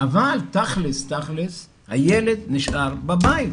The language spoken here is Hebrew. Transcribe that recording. אבל תכלס, הילד נשאר בבית.